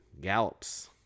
gallops